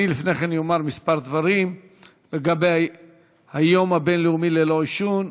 היום צוין היום הבין-לאומי ללא עישון.